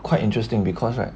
quite interesting because right